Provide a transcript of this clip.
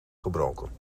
gebroken